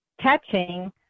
catching